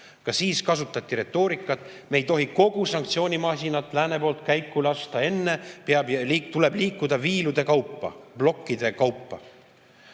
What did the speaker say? Ka siis kasutati retoorikat, et lääs ei tohi kogu sanktsioonimasinat korraga käiku lasta, vaid tuleb liikuda viilude kaupa, plokkide kaupa.